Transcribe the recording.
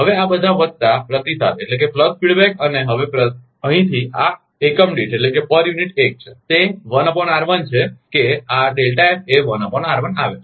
હવે આ બધા વત્તા પ્રતિસાદ અને હવે અહીંથી આ એકમ દીઠપર યુનિટ એક છે તે છે કે આ F એ આવે છે